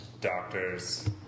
doctors